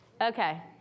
Okay